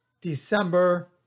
December